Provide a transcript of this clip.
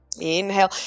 Inhale